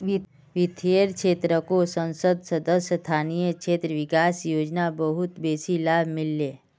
वित्तेर क्षेत्रको संसद सदस्य स्थानीय क्षेत्र विकास योजना बहुत बेसी लाभ मिल ले